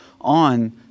on